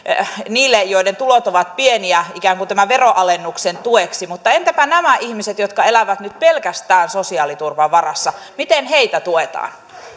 heille joiden tulot ovat pieniä ikään kuin tämän veronalennuksen tueksi mutta entäpä nämä ihmiset jotka elävät nyt pelkästään sosiaaliturvan varassa miten heitä tuetaan